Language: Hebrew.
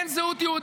אין זהות יהודית,